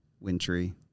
wintry